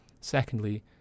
Secondly